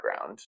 ground